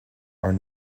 are